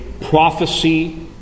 prophecy